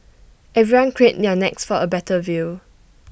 everyone craned their necks for A better view